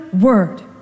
word